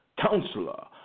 Counselor